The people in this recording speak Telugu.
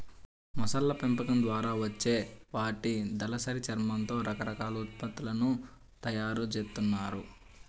మొసళ్ళ పెంపకం ద్వారా వచ్చే వాటి దళసరి చర్మంతో రకరకాల ఉత్పత్తులను తయ్యారు జేత్తన్నారు